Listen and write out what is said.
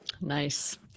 Nice